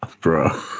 bro